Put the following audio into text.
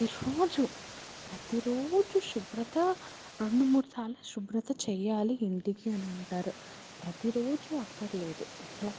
ప్రతి రోజు ప్రతి రోజు శుభ్రత రెండు మూడు సార్లు శుభ్రత చెయ్యాలి ఇంటికి అని అంటారు ప్రతి రోజు అక్కర్లేదు లైక్